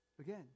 Again